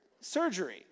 surgery